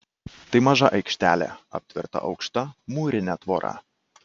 tai maža aikštelė aptverta aukšta mūrine tvora